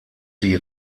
sie